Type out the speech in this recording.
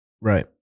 Right